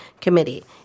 Committee